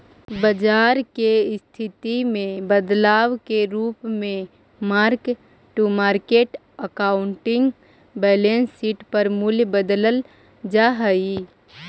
बाजार के स्थिति में बदलाव के रूप में mark to market accounting balance sheet पर मूल्य बदलल जा हई